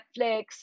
Netflix